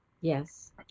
Yes